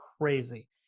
crazy